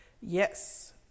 Yes